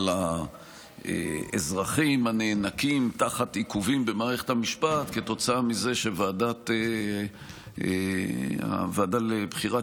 על האזרחים הנאנקים תחת עיכובים במערכת המשפט כתוצאה מזה שהוועדה לבחירת